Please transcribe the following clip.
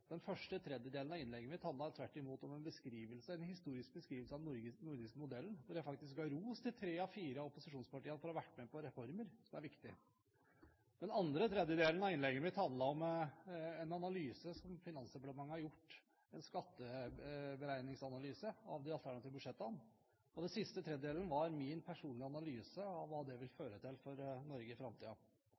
Den første tredjedelen av innlegget mitt handlet tvert imot om en historisk beskrivelse av den nordiske modellen, hvor jeg faktisk ga ros til tre av de fire opposisjonspartiene for å ha vært med på reformer som er viktige. Den andre tredjedelen av innlegget mitt handlet om en skatteberegningsanalyse av de alternative budsjettene som Finansdepartementet har gjort, og den siste tredjedelen var min personlige analyse av hva det vil føre til for Norge i